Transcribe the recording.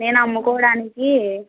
నేను అమ్ముకోవడానికి